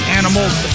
animals